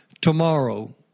tomorrow